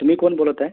तुम्ही कोण बोलत आहे